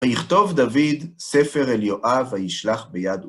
ויכתוב דוד ספר אל יואב, הישלח ביד